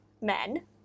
men